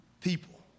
People